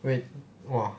wait !wah!